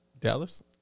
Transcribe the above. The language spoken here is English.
Dallas